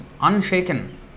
unshaken